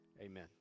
amen